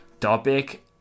topic